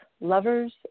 lovers